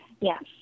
Yes